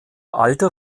alter